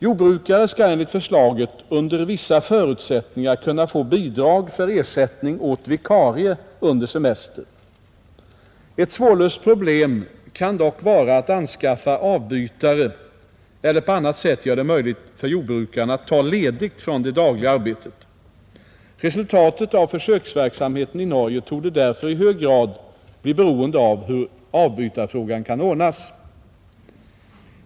Jordbrukare skall enligt förslaget under vissa förutsättningar kunna få bidrag för ersättning åt vikarie under semester. Ett svårlöst problem kan dock vara att anskaffa avbytare eller på annat sätt göra det möjligt för jordbrukaren att ta ledigt från det dagliga arbetet. Resultatet av försöksverksamheten i Norge torde därför i hög grad bli beroende av hur avbytarfrågan kan ordnas.